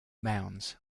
mounds